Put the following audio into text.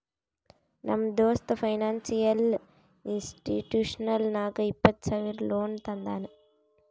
ನಮ್ ದೋಸ್ತ financial institution ನಾಗ್ ಇಪ್ಪತ್ತ ಸಾವಿರ ಲೋನ್ ತಂದಾನ್